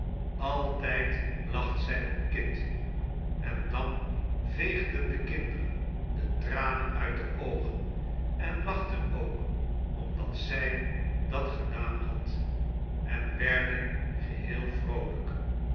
altijd lacht zij om kit en dan veegden de kinderen de tranen uit de oogen en lachten ook omdat zij dat gedaan had en werden geheel vroolijk